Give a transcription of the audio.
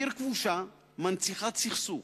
היא עיר כבושה, מנציחת סכסוך.